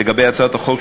לגבי הצעת החוק,